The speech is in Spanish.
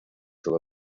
todo